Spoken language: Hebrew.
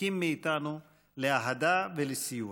זקוקים מאיתנו לאהדה ולסיוע.